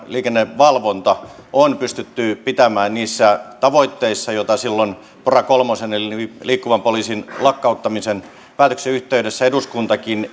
liikennevalvonta on pystytty pitämään niissä tavoitteissa joita silloin pora kolmosen eli liikkuvan poliisin lakkauttamisen päätöksen yhteydessä eduskuntakin